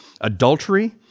adultery